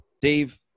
Dave